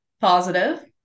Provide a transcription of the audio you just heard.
positive